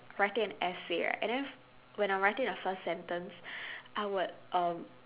writing an essay right and then f~ when I'm writing the first sentence I would um